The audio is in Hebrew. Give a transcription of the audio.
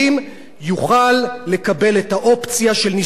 יוכל לקבל את האופציה של נישואים אזרחיים.